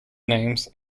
names